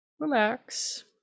Relax